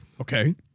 Okay